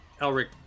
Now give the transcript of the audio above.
Elric